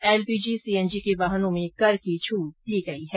LPG CNG के वाहनों में कर की छूट दी गई है